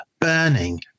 burning